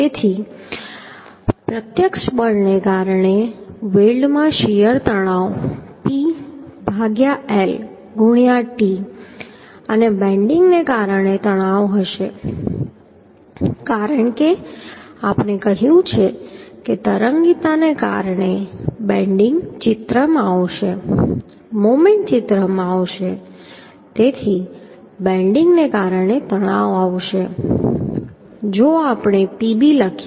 તેથી પ્રત્યક્ષ બળને કારણે વેલ્ડમાં શીયર તણાવ P ભાગ્યા L ગુણ્યા t અને બેન્ડિંગને કારણે તણાવ હશે કારણ કે આપણે કહ્યું છે કે તરંગીતાને કારણે બેન્ડિંગ ચિત્રમાં આવશે મોમેન્ટ ચિત્રમાં આવશે તેથી બેન્ડિંગને કારણે તણાવ આવશે જો આપણે Pb લખીએ